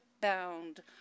bound